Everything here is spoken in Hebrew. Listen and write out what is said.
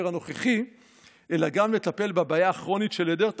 הנוכחי אלא גם לטפל בבעיה הכרונית של היעדר תחרות?